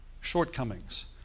shortcomings